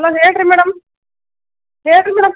hello ಹೇಳಿ ರೀ madam ಹೇಳಿ ರೀ ಮೇಡಮ್